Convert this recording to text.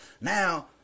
now